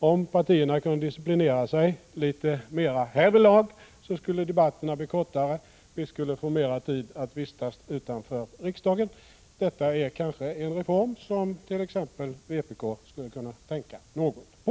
Om partierna kunde disciplinera sig litet mera härvidlag skulle debatterna bli kortare, och vi skulle få mera tid att vistas utanför riksdagen. Detta är kanske en reform som t.ex. vpk skulle kunna tänka något på.